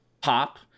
pop